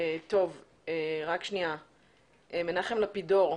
מנחם לפידור,